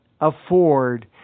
afford